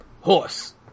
horse